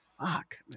fuck